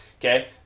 Okay